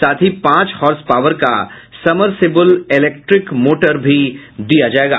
साथ ही पांच हॉर्स पावर का समरसेबुल इलेक्ट्रिक मोटर भी दिया जायेगा